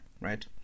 right